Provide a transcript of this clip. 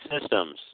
systems